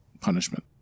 punishment